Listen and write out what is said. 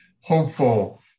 hopeful